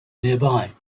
nearby